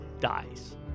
dies